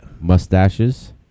Mustaches